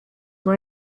were